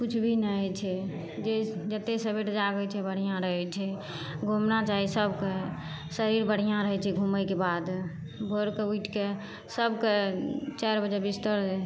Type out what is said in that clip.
किछु भी नहि होइ छै जे जतेक सबेर जागै छै बढ़िआँ रहै छै घुमना चाही सभकेँ शरीर बढ़िआँ रहै छै घुमैके बाद भोरके उठिके सभकेँ चारि बजे बिस्तर